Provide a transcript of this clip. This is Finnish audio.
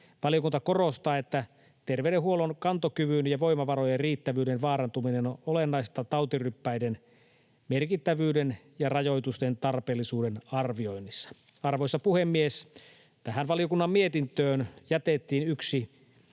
Valiokunta korostaa, että terveydenhuollon kantokyvyn ja voimavarojen riittävyyden vaarantuminen on olennaista tautiryppäiden merkittävyyden ja rajoitusten tarpeellisuuden arvioinnissa. Arvoisa puhemies! Valiokunnan mietintöön jätettiin yksi